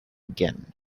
again